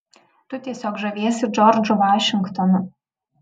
tu tiesiog žaviesi džordžu vašingtonu